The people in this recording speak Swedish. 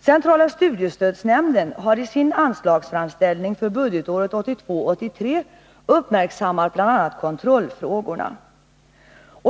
Centrala studiestödsnämnden har i sin anslagsframställning för budgetåret 1982/83 uppmärksammat bl.a. kontrollfrågorna.